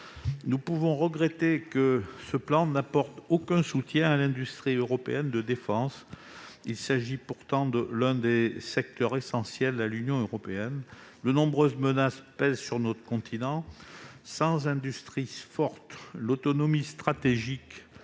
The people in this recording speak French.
nous pouvons regretter que ce plan n'apporte aucun soutien à l'industrie européenne de défense. Il s'agit pourtant de l'un des secteurs essentiels à l'Union européenne. De nombreuses menaces pèsent sur notre continent. Sans industrie forte, l'autonomie stratégique